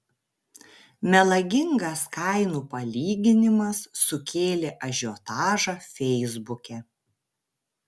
melagingas kainų palyginimas sukėlė ažiotažą feisbuke